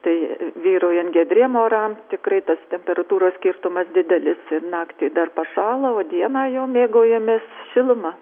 tai vyraujant giedriem oram tikrai tas temperatūros skirtumas didelis ir naktį dar pašąla o dieną jau mėgaujamės šiluma